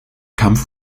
kampf